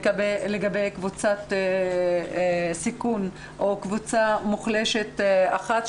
הוא לגבי קבוצת סיכון או קבוצה מוחלשת אחת,